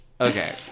Okay